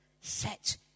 set